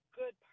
good